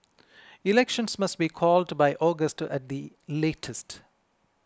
elections must be called by August at the latest